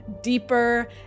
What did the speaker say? deeper